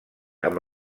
amb